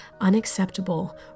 unacceptable